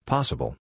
Possible